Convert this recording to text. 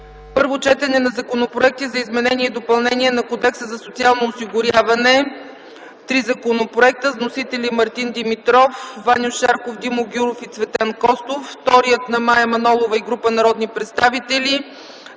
Първо четене на законопроекти за изменение и допълнение на Кодекса за социално осигуряване. Законопроектите са три с вносители: Мартин Димитров, Ваньо Шарков, Димо Гяуров и Цветан Костов; вторият е с вносители Мая Манолова и група народни представители,